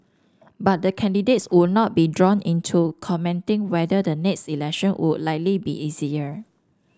but the candidates would not be drawn into commenting whether the next election would likely be easier